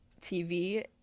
TV